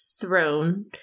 throne